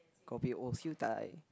kopi O siew-dai